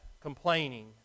complaining